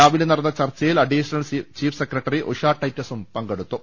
രാവിലെ നടന്ന ചർച്ചയിൽ അഡീഷണൽ ചീഫ് സെക്രട്ടറി ഉഷ ടൈറ്റസും പങ്കെടുത്തു